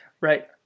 Right